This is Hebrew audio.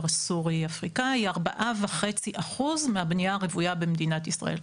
הסורי-אפריקני היא 4.5% מהבנייה הרוויה במדינת ישראל,